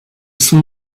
son